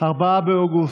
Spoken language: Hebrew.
תודה רבה.